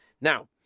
Now